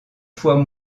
fois